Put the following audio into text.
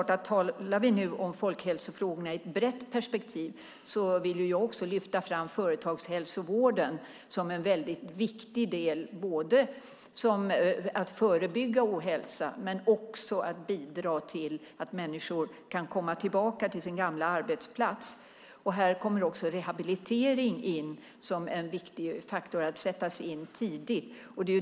Talar vi nu om folkhälsofrågorna i ett brett perspektiv vill jag också lyfta fram företagshälsovården som en väldigt viktig del både när det gäller att förebygga ohälsa men också för att bidra till att människor kan komma tillbaka till sin gamla arbetsplats. Här kommer också rehabilitering in som en viktig faktor att sättas in tidigt.